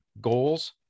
goals